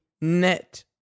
net